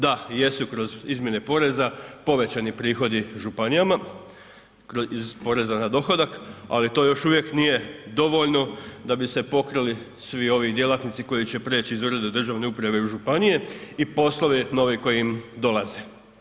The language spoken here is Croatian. Da, jesu kroz izmjene poreza povećani prihodi županijama kroz, iz poreza na dohodak, ali to još uvijek nije dovoljno da bi se pokrili svi ovi djelatnici koji će prijeć iz ureda državne uprave u županije i poslovi novi koji im dolaze.